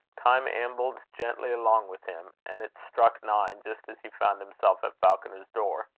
time ambled gently along with him and it struck nine just as he found himself at falconer's door.